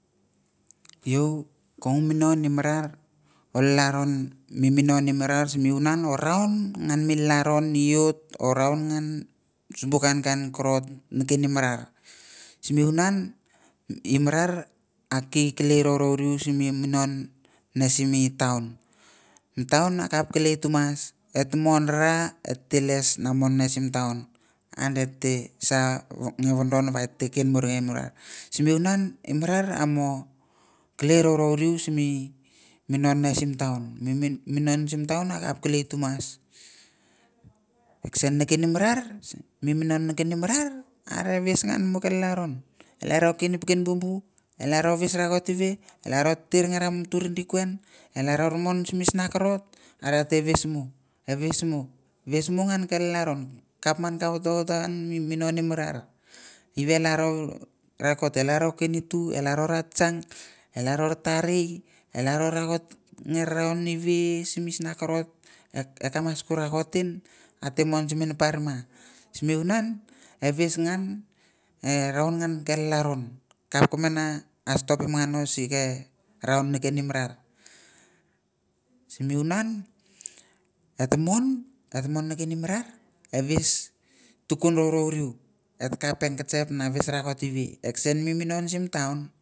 Iau kong minon nimar olaro minon nimarar simunan or raun ngan mi laron uot or raun ngan simbu kainkain kovot me ken nimarar simunan marai at elei rorurow riu simi munon nesim me taun me taun akap kelei tumas eta mun ru eta les na mon nemsi taun andete sa ngen wundon wa et ken muren mura simi wunan eh marar a kelei rowrow riu simi kenono simi taun minon simtaun akap kelei tumas action i kim marar me minon nekin ra marar an whis ngan mute laron laro puikin bubu alro whis rakot eve alro tir nge arete whis mu eh whis mu whis mu ngan a laron kap man wata minon mirar eve loro rakot, rakot alro quinitu alro rachang alro tari alro rakot nge whis misna korot eh kamus rakot nin ate muang sihhipar ma simiwunan eh whis ngan eh raun ngan ke laron kap ku mene a stopim ngan nosiken raun ne miken me rar eh whis tukun rowrowriu eh kap kenchekep na whis rakot eve action miminon simi taun.